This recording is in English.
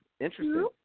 Interesting